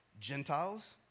Gentiles